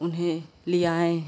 उन्हें लियाएं